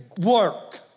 work